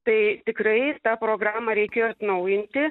tai tikrai tą programą reikėjo atnaujinti